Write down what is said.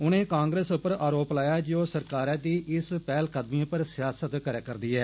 उन कां ेस पर आरोप लाया जे ओ सरकारै द इस पैहलकदमी पर सयासत करा करद ऐ